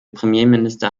premierminister